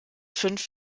fünf